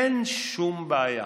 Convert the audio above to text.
אין שום בעיה".